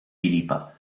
filipa